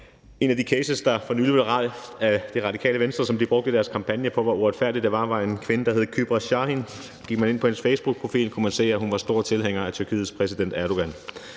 En af de cases, der for nylig blev rejst af Radikale Venstre, og som de brugte i deres kampagne for, hvor uretfærdigt det var, var en kvinde, der hed Kübra Sahan. Gik man ind på hendes facebookprofil, kunne man se, at hun var stor tilhænger af Tyrkiets præsident Erdogan.